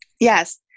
yes